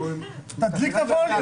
תפעיל את הווליום.